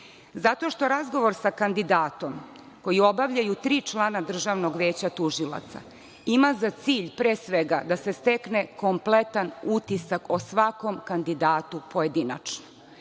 Zato što razgovor sa kandidatom koji obavljaju tri člana Državnog veća tužilaca ima za cilj, pre svega, da se stekne kompletan utisak o svakom kandidatu pojedinačno.